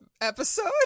episode